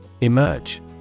Emerge